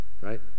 Right